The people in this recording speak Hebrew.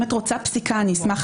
אם את רוצה פסיקה, אשמח